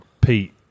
Pete